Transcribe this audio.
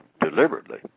deliberately